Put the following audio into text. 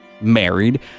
married